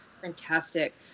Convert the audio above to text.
fantastic